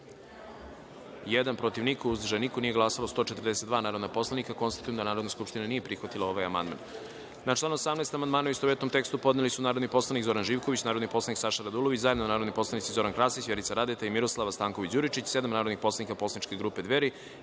protiv – niko, uzdržanih – niko, nije glasalo 142 narodni poslanik. Konstatujem da Narodna skupština nije prihvatila ovaj amandman. Na član 12. amandmane, u istovetnom tekstu, podneli su narodni poslanik Zoran Živković, narodni poslanik Saša Radulović, zajedno narodni poslanici Zoran Krasić, Vjerica Radeta i LJiljana Mihajlović, sedam narodnih poslanika poslaničke grupe Dveri